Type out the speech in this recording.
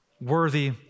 Worthy